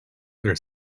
their